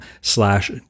slash